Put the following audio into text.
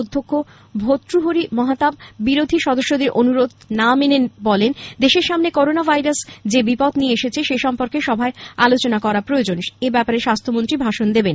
অধ্যক্ষ ভক্রহরি মহাতাব বিরোধী সদস্যদের অনুরোধ না মেনে বলেন দেশের সামনে করোনা ভাইরাস যে বিপদ নিয়ে এসেছে সেসম্পর্কে সভায় আলোচনা করা প্রয়োজন এবং এব্যাপারে স্বাস্থ্যমন্ত্রী ভাষণ দেবেন